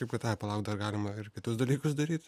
taip kad ai palauk dar galima ir kitus dalykus daryt